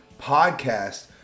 Podcast